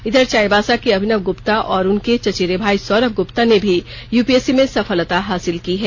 इधर चाईबासा के अभिनव गुप्ता और उनके चचेरे भाई सौरभ गुप्ता ने भी यूपीएससी में सफलता हासिल की है